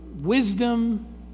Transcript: wisdom